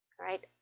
right